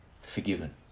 forgiven